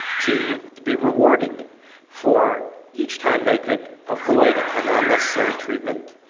to be rewarded for each time they could avoid an unnecessary treatment,